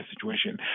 situation